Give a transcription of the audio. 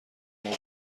مبل